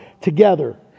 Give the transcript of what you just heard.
together